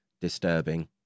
Disturbing